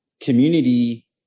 community